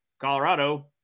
Colorado